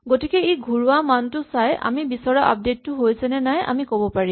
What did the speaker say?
গতিকে ই ঘূৰোৱা মানটো চাই আমি বিচৰা আপডেট টো হৈছে নে নাই আমি ক'ব পাৰিম